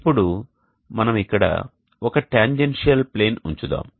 ఇప్పుడు మనం ఇక్కడ ఒక టాంజెన్షియల్ ప్లేన్ ఉంచుదాము